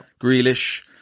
Grealish